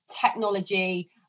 technology